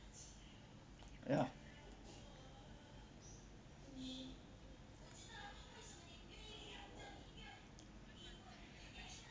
ya